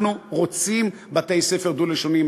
אנחנו רוצים בתי-ספר דו-לשוניים,